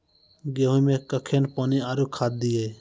गेहूँ मे कखेन पानी आरु खाद दिये?